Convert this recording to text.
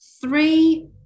three –